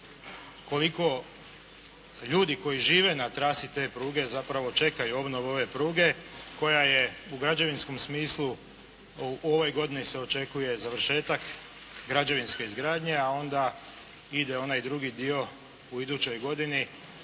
koliko ljudi koji žive na trasi te pruge zapravo čekaju obnovu ove pruge koja je u građevinskom smislu, u ovoj godini se očekuje završetak građevinske izgradnje a onda ide onaj drugi dio u idućoj godini